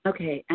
Okay